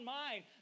mind